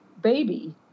baby